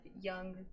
young